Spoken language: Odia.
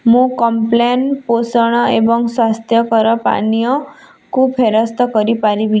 ମୁଁ କମ୍ପ୍ଲାନ୍ ପୋଷଣ ଏବଂ ସ୍ଵାସ୍ଥ୍ୟକର ପାନୀୟକୁ ଫେରସ୍ତ କରିପାରିବି